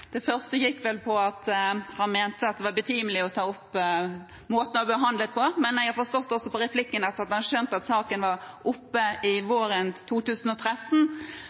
Det første gikk på at han mente det var betimelig å ta opp måten man blir behandlet på, men jeg har forstått også på replikken at han skjønte at saken var oppe våren 2013,